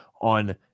on